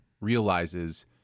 realizes